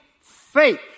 faith